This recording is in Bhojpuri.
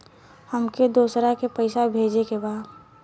हमके दोसरा के पैसा भेजे के बा?